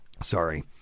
sorry